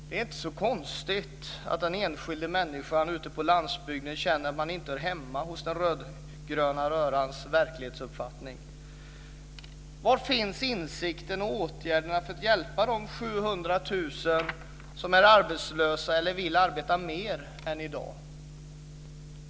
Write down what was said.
De är inte så konstigt att den enskilda människan ute på landsbygden känner att han eller hon inte hör hemma i den rödgröna rörans verklighetsuppfattning. Var finns insikten, och var finns åtgärderna för att hjälpa de 700 000 som är arbetslösa eller som vill arbeta mer än i dag?